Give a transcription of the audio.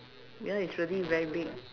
ya it's really very big